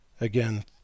again